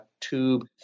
tube